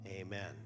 Amen